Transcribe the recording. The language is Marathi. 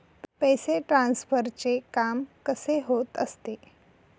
पैसे ट्रान्सफरचे काम कसे होत असते?